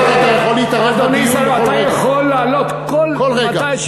אתה יכול להתערב בדיון בכל רגע.